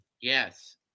Yes